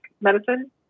medicine